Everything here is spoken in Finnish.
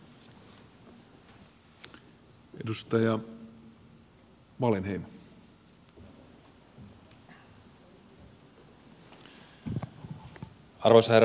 arvoisa herra puhemies